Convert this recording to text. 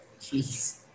Jeez